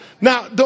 Now